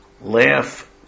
laugh